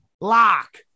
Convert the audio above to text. lock